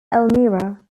elmira